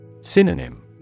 Synonym